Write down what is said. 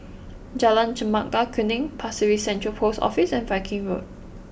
Jalan Chempaka Kuning Pasir Ris Central Post Office and Viking Road